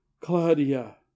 claudia